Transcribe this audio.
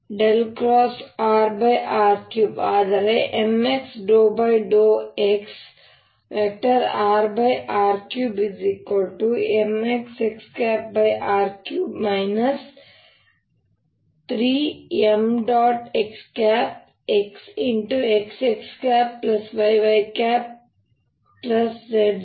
rr3 ಆದರೆmx∂xrr3mxxr3 3m